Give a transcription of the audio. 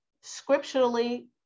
scripturally